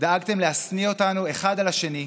דאגתם להשניא אותנו אחד על השני,